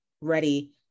ready